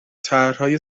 طرحهای